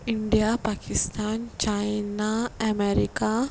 India Pakistan China America